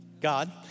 God